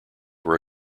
were